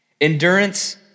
Endurance